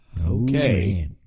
Okay